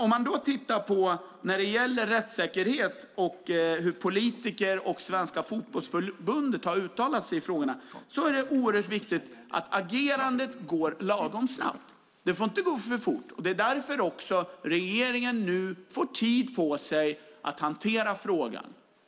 Med tanke på rättssäkerheten och hur politiker och Svenska Fotbollförbundet har uttalat sig i frågorna är det viktigt att agerandet går lagom snabbt; det får inte gå för fort. Det är därför regeringen nu får tid på sig att hantera frågan.